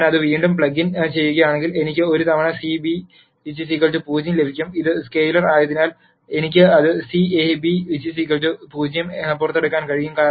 ഞാൻ അത് വീണ്ടും പ്ലഗ് ഇൻ ചെയ്യുകയാണെങ്കിൽ എനിക്ക് ഒരു തവണ C β 0 ലഭിക്കും ഇത് സ്കെയിലർ ആയതിനാൽ എനിക്ക് അത് C A β 0 പുറത്തെടുക്കാൻ കഴിയും